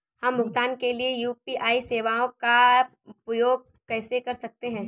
हम भुगतान के लिए यू.पी.आई सेवाओं का उपयोग कैसे कर सकते हैं?